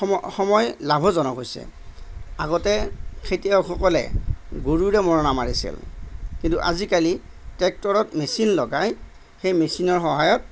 সময় সময় লাভজনক হৈছে আগতে খেতিয়কসকলে গৰুৰে মৰণা মাৰিছিল কিন্তু আজিকালি ট্ৰেক্টৰত মেচিন লগাই সেই মেচিনৰ সহায়ত